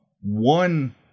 one